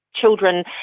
children